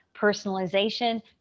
personalization